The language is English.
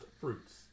fruits